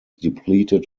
depleted